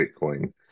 Bitcoin